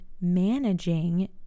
managing